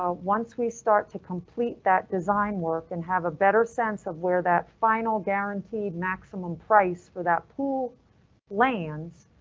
um once we start to complete that design work and have a better sense of where that final, guaranteed maximum price for that pool lands,